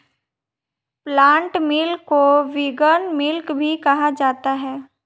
plant milk को vegan milk भी कहा जाता है